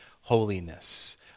holiness